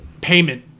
payment